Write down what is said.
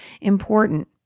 important